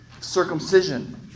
circumcision